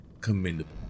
Commendable